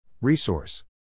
Resource